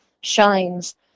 shines